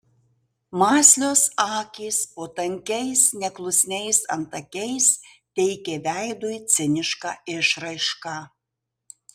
mąslios akys po tankiais neklusniais antakiais teikė veidui cinišką išraišką